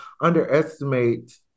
underestimate